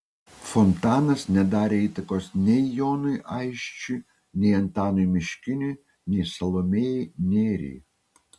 fontanas nedarė įtakos nei jonui aisčiui nei antanui miškiniui nei salomėjai nėriai